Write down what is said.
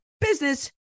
business